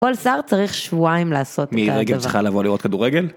כל שר צריך שבועיים לעשות. מירי רגב צריכה לבוא לראות כדורגל?